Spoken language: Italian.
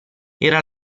era